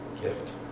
gift